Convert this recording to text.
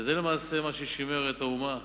למעשה, זה מה ששימר את האומה